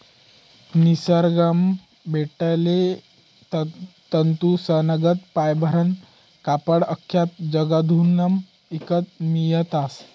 निसरगंमा भेटेल तंतूसनागत फायबरना कपडा आख्खा जगदुन्यामा ईकत मियतस